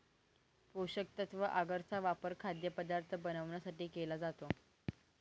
पोषकतत्व आगर चा वापर खाद्यपदार्थ बनवण्यासाठी केला जातो